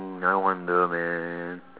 hmm I wonder man